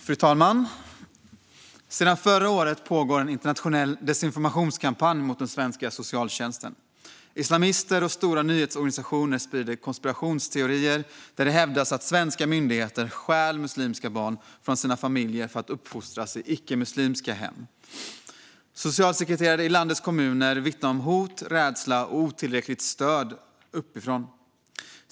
Fru talman! Sedan förra året pågår en internationell desinformationskampanj mot den svenska socialtjänsten. Islamister och stora nyhetsorganisationer sprider konspirationsteorier där det hävdas att svenska myndigheter stjäl muslimska barn från deras familjer för att de ska uppfostras i icke-muslimska hem. Socialsekreterare i landets kommuner vittnar om hot, rädsla och otillräckligt stöd uppifrån.